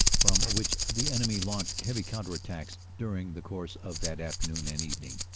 from which the enemy launched heavy counter-attacks during the course of that afternoon and evening.